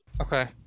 Okay